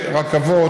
בגבול,